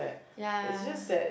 ya